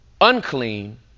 Unclean